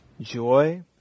joy